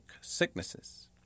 sicknesses